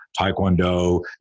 taekwondo